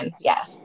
yes